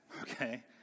okay